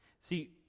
See